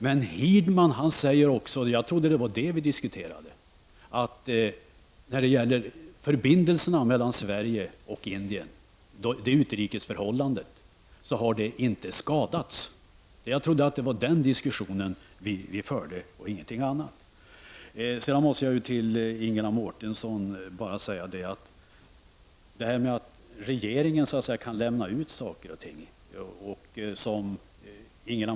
Men Hirdman säger också, och jag trodde att det var det vi diskuterade, att utrikesförbindelserna mellan Sverige och Indien inte har skadats. Jag trodde att det var den diskussionen vi förde och ingen annan. Jag måste vända mig till Ingela Mårtensson som talade om att regeringen kan lämna ut saker och ting.